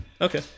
Okay